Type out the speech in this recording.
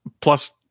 Plus